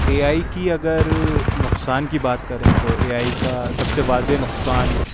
اے I کی اگر نقصان کی بات کریں تو اے آئی کا سب سے واضح نقصان